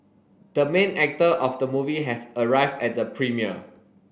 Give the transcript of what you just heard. the main actor of the movie has arrived at the premiere